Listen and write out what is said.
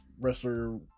wrestler